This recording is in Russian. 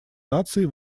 наций